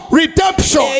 redemption